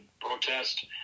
protest